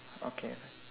okay